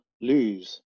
lose